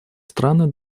страны